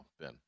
Ben